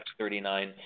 X39